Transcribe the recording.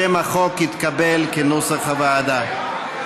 שם החוק התקבל כנוסח הוועדה.